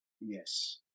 Yes